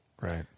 Right